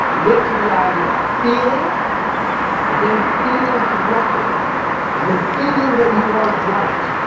linked to the idea of feeling and then feeling correctly and then feeling that you are right.